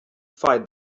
fight